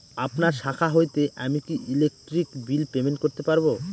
আপনার শাখা হইতে আমি কি ইলেকট্রিক বিল পেমেন্ট করতে পারব?